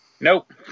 Nope